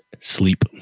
Sleep